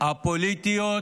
הפוליטיות